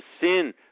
sin